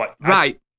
Right